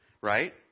right